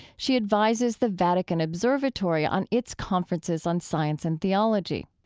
she advises the vatican observatory on its conferences on science and theology.